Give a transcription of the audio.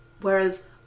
Whereas